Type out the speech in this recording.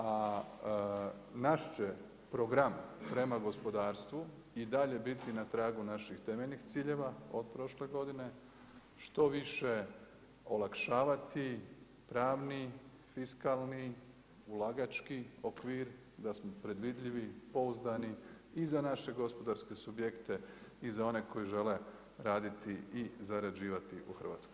A naš će program prema gospodarstvu i dalje biti na tragu naših temeljnih ciljeva od prošle godine, što više olakšavati pravni, fiskalni, ulagački okvir, da smo predvidljivi, pouzdani i za naše gospodarske subjekte i za one koji žele raditi i zarađivati u Hrvatskoj.